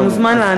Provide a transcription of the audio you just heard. אתה מוזמן לענות.